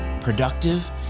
productive